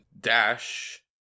dash